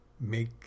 make